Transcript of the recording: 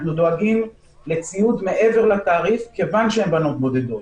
אנחנו דואגים לציוד מעבר לתעריף כיוון שהן בנות בודדות.